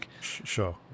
Sure